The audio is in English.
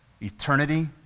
eternity